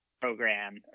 program